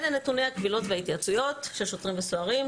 אלה נתוני הקבילות וההתייעצויות של שוטרים וסוהרים.